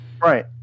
Right